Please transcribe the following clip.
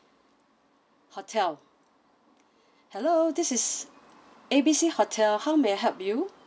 hotel hello this is A B C hotel how may I help you